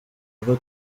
kuko